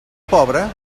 pobre